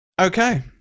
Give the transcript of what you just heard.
Okay